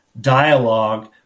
dialogue